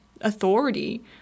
authority